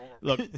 Look